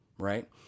right